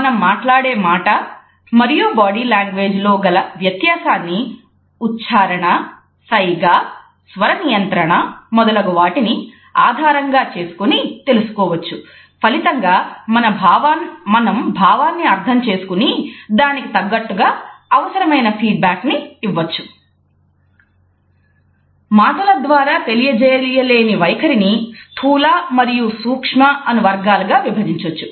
మనం మాట్లాడే మాట మరియు బాడీ లాంగ్వేజ్ లో గల వ్యత్యాసాన్ని ఉచ్చారణ సైగ స్వరనియంత్రణ మొదలగు వాటిని ఆధారంగా చేసుకొని తెలుసుకోవచ్చు ఫలితంగా మనం భావాన్ని అర్థం చేసుకుని దానికి తగ్గట్టుగా అవసరమైన ఫీడ్బ్యాక్ ఇవ్వొచ్చు మాటల ద్వారా తెలియజేయ లేని వైఖరిని స్థూల మరియు సూక్ష్మ అను వర్గాలుగా విభజించవచ్చు